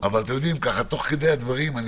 תוך כדי הדברים,